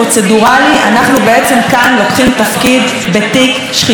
בעצם כאן לוקחים תפקיד בתיק שחיתות חמור.